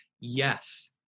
yes